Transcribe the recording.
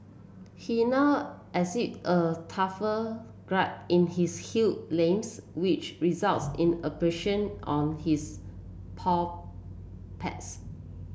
he now a in his heal limbs which results in abrasion on his paw pads